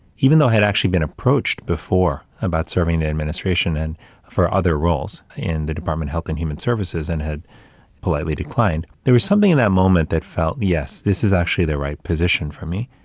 even though i had actually been approached before about serving the administration and for other roles, in the department health and human services, and had politely declined. there was something in that moment that felt, yes, this is actually the right position for me.